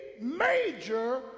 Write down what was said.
major